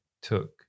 took